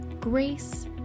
Grace